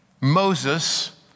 Moses